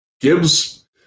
Gibbs